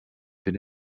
been